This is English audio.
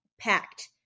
packed